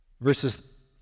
verses